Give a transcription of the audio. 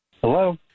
Hello